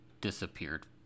disappeared